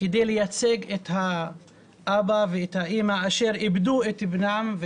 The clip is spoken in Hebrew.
כדי לייצג את האבא ואת האמא אשר איבדו את בנם,